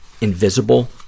invisible